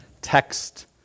text